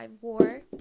war